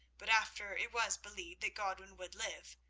but after it was believed that godwin would live,